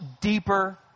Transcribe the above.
deeper